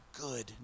good